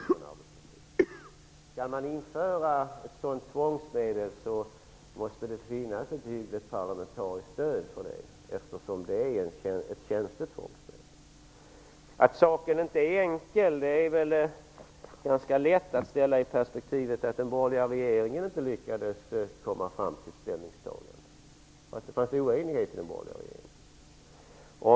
Om man skall införa ett sådant tvångsmedel måste det finnas ett hyggligt parlamentariskt stöd, eftersom det är en känslig fråga. Att saken inte är enkel är väl ganska lätt att inse, ställd i det perspektivet att den borgerliga regeringen inte lyckades komma fram till ett ställningstagande, att det fanns oenighet i den borgerliga regeringen.